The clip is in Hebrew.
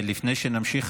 לפני שנמשיך,